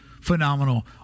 phenomenal